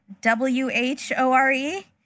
W-H-O-R-E